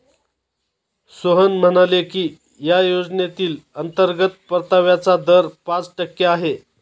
सोहन म्हणाले की या योजनेतील अंतर्गत परताव्याचा दर पाच टक्के आहे